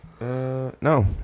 No